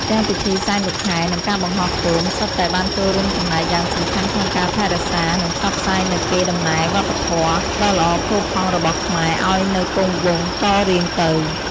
ទាំងពិធីសែនលោកខែ និងការបង្ហោះគោម សុទ្ធតែបានចូលរួមចំណែកយ៉ាងសំខាន់ក្នុងការថែរក្សា និងផ្សព្វផ្សាយនូវកេរ្តិ៍ដំណែលវប្បធម៌ដ៏ល្អផូរផង់របស់ខ្មែរឲ្យនៅគង់វង្សតរៀងទៅ។